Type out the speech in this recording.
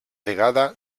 vegada